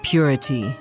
Purity